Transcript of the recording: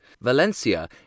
Valencia